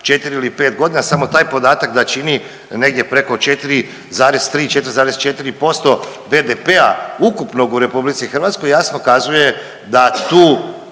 četiri ili pet godina samo taj podatak da čini negdje preko 4,3, 4,4% BDP-a ukupnog u RH jasno kazuje da tu